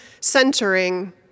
centering